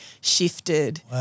shifted